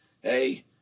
hey